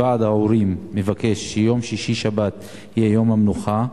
וועד ההורים מבקש שיום שישי ושבת יהיה יום המנוחה,